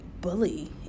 bully